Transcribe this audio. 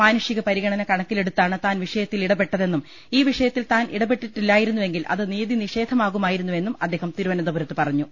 മാനുഷിക പരിഗണന കണക്കിലെടുത്താണ് താൻ വിഷയത്തിൽ ഇട പെട്ടതെന്നും ഈ വിഷയത്തിൽ താൻ ഇടപെട്ടില്ലായിരുന്നെ ങ്കിൽ അത് നീതിനിഷേധമാകുമായിരുന്നുവെന്നും അദ്ദേഹം തിരുവന്തപുരത്ത് പറഞ്ഞു